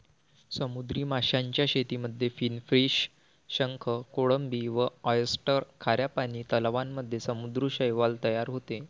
समुद्री माशांच्या शेतीमध्ये फिनफिश, शंख, कोळंबी व ऑयस्टर, खाऱ्या पानी तलावांमध्ये समुद्री शैवाल तयार होते